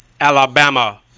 Alabama